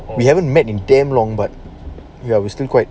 we haven't met in damn long but ya we still quite